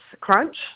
crunch